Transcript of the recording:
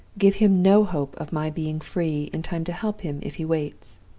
give him no hope of my being free in time to help him if he waits.